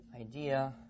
idea